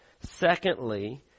secondly